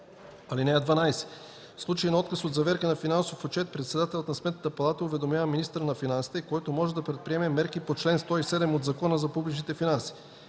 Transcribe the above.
(12) В случай на отказ от заверка на финансов отчет председателят на Сметната палата уведомява министъра на финансите, който може да предприеме мерки по чл. 107 от Закона за публичните финанси.